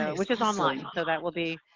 which is online, so that will be.